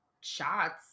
shots